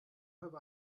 have